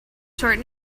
short